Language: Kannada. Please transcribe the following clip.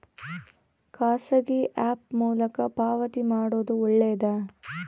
ಖಾಸಗಿ ಆ್ಯಪ್ ಮೂಲಕ ಪಾವತಿ ಮಾಡೋದು ಒಳ್ಳೆದಾ?